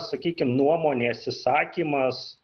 sakykim nuomonės išsakymas